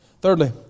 Thirdly